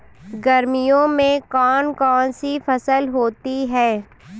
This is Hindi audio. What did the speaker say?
गर्मियों में कौन कौन सी फसल होती है?